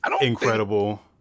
incredible